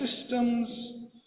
systems